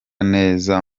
neza